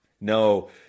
No